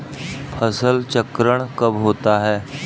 फसल चक्रण कब होता है?